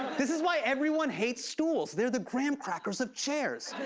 this is why everyone hates stools. they're the graham crackers of chairs.